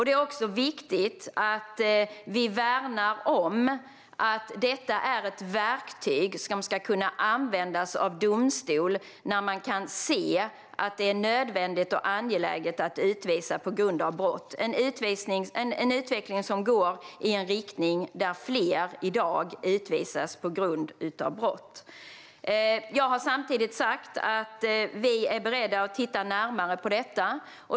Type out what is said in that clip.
Det är också viktigt att vi värnar om att detta är ett verktyg som ska kunna användas av domstol när man ser att det är nödvändigt och angeläget att utvisa på grund av brott. Utvecklingen går i dag i riktning mot att fler utvisas på grund av brott. Jag har samtidigt sagt att vi är beredda att titta närmare på detta.